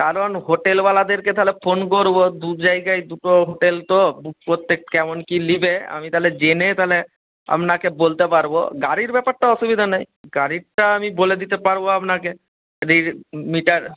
কারণ হোটেলওয়ালাদেরকে তাহলে ফোন করবো দু জায়গায় দুটো হোটেল তো বুক করতে কেমন কি নেবে আমি তাহলে জেনে তাহলে আপনাকে বলতে পারবো গাড়ির ব্যাপারটা অসুবিধা নাই গাড়িটা আমি বলে দিতে পারবো আপনাকে রিড মিটার